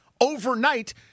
overnight